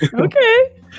Okay